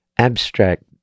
abstract